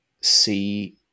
see